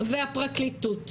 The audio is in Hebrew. הפרקליטות,